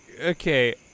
okay